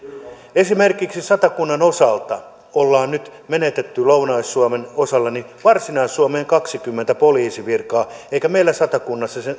esimerkiksi satakunnan osalta ollaan nyt menetetty lounais suomeen varsinais suomeen kaksikymmentä poliisivirkaa eikä meillä satakunnassa sen